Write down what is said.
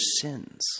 sins